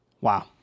wow